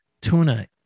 tuna